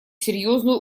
серьезную